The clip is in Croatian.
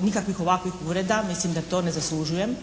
nikakvih ovakvih uvreda. Mislim da to ne zaslužujem.